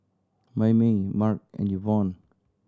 Mayme Marc and Yvonne